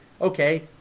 okay